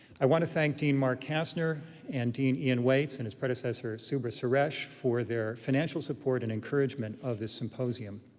i want to thank dean mark kastner and dean ian waitz, and his predecessor subra suresh, for their financial support and encouragement of this symposium.